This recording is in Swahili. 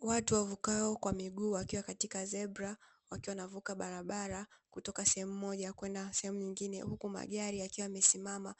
Watu wavukao kwa miguu wakiwa katika zebra wakiwa wanavuka barabara kutoka sehemu moja kwenda nyingine, huku magari yakiwa yamesimama